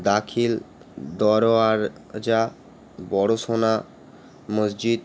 দাখিল দরওয়াজা বড় সোনা মসজিদ